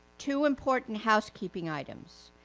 two important housekeeping items.